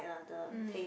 mm